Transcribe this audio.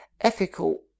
ethical